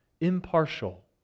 impartial